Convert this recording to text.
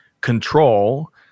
control